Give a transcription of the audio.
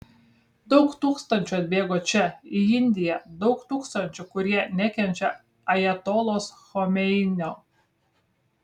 daug tūkstančių atbėgo čia į indiją daug tūkstančių kurie nekenčia ajatolos chomeinio